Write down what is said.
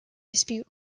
dispute